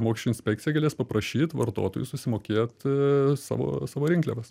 mokesčių inspekcija galės paprašyt vartotojų susimokėt savo savo rinkliavas